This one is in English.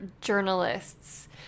journalists